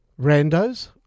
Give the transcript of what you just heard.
randos